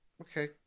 Okay